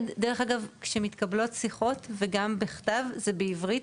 גם שמתקבלות שיחות במוקד וגם בכתב הן בעברית,